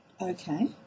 Okay